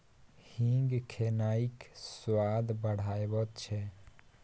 हींग खेनाइक स्वाद बढ़ाबैत छै